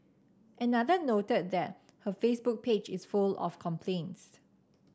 another noted that her Facebook page is full of complaints